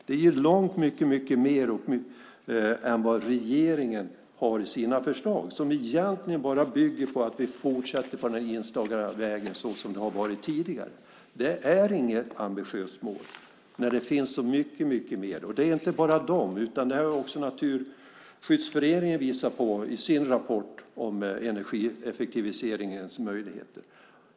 Det ger långt mycket mer än vad regeringen har i sina förslag som egentligen bara bygger på att vi fortsätter på den inslagna vägen såsom det har varit tidigare. Det är inget ambitiöst mål när det finns så mycket mer. Det är inte bara de, utan det har också Naturskyddsföreningen visat på i sin rapport om energieffektiviseringens möjligheter.